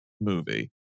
movie